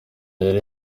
yari